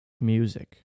music